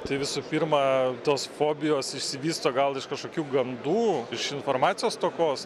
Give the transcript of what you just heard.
tai visų pirma tos fobijos išsivysto gal iš kažkokių gandų iš informacijos stokos